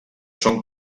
són